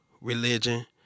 religion